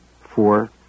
four